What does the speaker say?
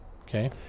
Okay